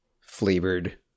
flavored